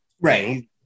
Right